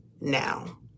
now